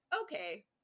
okay